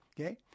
okay